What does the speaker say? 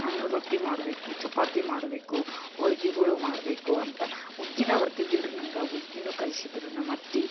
ನಾನೂ ರೊಟ್ಟಿ ಮಾಡಬೇಕು ಚಪಾತಿ ಮಾಡಬೇಕು ಹೋಳ್ಗೆಗಳೂ ಮಾಡಬೇಕು ಅಂತ ಹುಗ್ಗಿನೇ ಬರ್ತಿದ್ದಿಲ್ಲ ರೀ ನಂಗೆ ಹುಗ್ಗಿನೂ ಕಲಿಸಿದ್ರು ನಮ್ಮ ಅತ್ತೆ